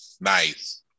Nice